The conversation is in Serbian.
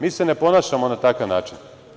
Mi se ne ponašamo na takav način.